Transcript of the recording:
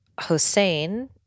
Hossein